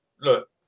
Look